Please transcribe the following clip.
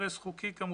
אינטרס חוקי כמובן.